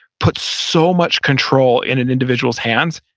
put so much control in an individual's hands,